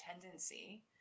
tendency